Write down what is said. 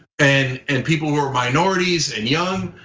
and and people who are minorities and young,